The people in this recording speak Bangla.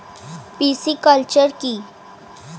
পিসিকালচার কি?